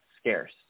scarce